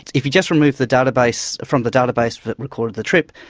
if you just remove the database from the database that recorded the trip,